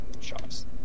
shops